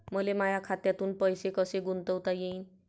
मले माया खात्यातून पैसे कसे गुंतवता येईन?